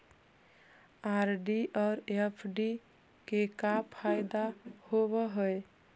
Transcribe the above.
RD और FD के का फायदा होव हई?